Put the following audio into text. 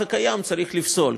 שאת המערך הקיים צריך לפסול,